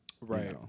Right